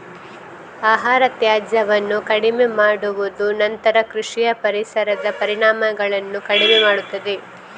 ಆಹಾರ ತ್ಯಾಜ್ಯವನ್ನು ಕಡಿಮೆ ಮಾಡುವುದು ನಂತರ ಕೃಷಿಯ ಪರಿಸರದ ಪರಿಣಾಮಗಳನ್ನು ಕಡಿಮೆ ಮಾಡುತ್ತದೆ